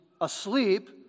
asleep